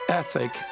ethic